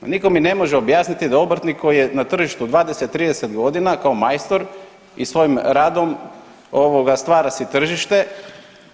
Pa niko mi ne može objasniti da obrtnik koji je na tržištu 20, 30 godina kao majstor i svojim radom stvara si tržište